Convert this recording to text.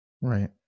Right